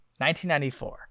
1994